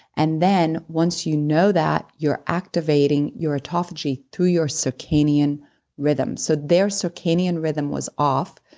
and then once you know that, you're activating your autophagy through your circadian rhythms so their circadian rhythm was off,